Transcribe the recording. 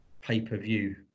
pay-per-view